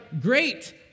great